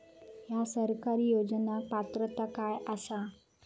हया सरकारी योजनाक पात्रता काय आसा?